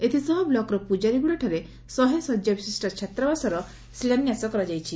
ଏଥିସହ ବ୍ଲକ୍ର ପୂଜାରିଗୁଡ଼ାଠାରେ ଶହେ ଶଯ୍ୟା ବିଶିଷ୍ ଛାତ୍ରାବାସର ଶିଳାନ୍ୟାସ କରାଯାଇଛି